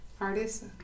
artist